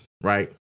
right